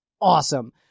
awesome